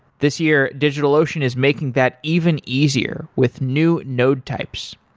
this year, digitalocean is making that even easier with new node types.